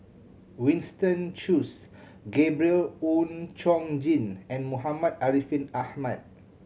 Winston Choos Gabriel Oon Chong Jin and Muhammad Ariff Ahmad